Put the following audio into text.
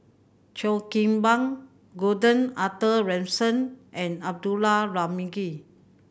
Cheo Kim Ban Gordon Arthur Ransome and Abdullah Tarmugi